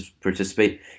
participate